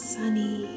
sunny